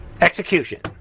Execution